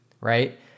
Right